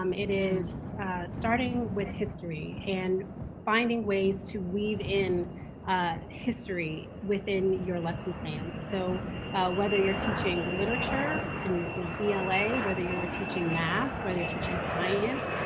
um it is starting with history and finding ways to weave in history within your lesson plans. so whether you're teaching literature in you know yeah ela, whether you're teaching math, whether you're teaching science.